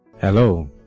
Hello